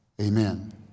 amen